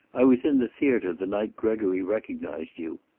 i was in the theater the night gregory recognized you.